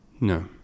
No